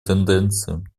тенденции